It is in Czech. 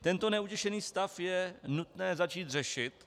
Tento neutěšený stav je nutné začít řešit.